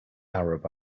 arab